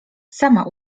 sama